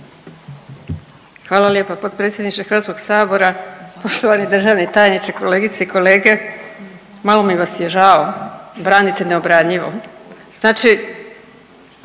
Hvala lijepa potpredsjedniče HS-a, poštovani državni tajniče, kolegice i kolege. Malo mi vas je žao, branite neobranjivo. Znači,